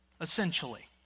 essentially